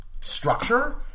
structure